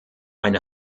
eine